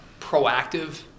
proactive